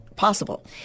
Possible